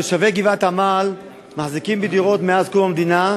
תושבי גבעת-עמל מחזיקים בדירות מאז קום המדינה,